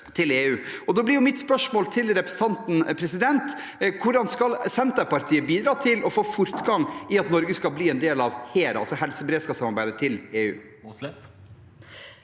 Da blir mitt spørsmål til representanten: Hvordan skal Senterpartiet bidra til å få fortgang i at Norge skal bli en del av HERA, altså helseberedskapssamarbeidet til EU?